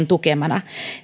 tukemana